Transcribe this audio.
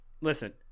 listen